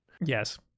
Yes